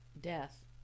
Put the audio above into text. death